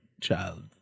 child